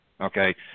Okay